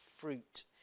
Fruit